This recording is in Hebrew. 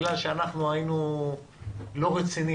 בגלל שאנחנו היינו לא רציניים,